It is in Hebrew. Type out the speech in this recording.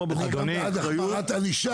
אבל תשחררו --- אני גם בעד החמרת ענישה,